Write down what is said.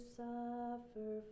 suffer